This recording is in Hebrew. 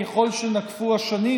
ככל שנקפו השנים,